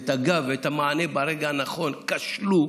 את הגב ואת המענה ברגע הנכון כשלו,